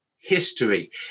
history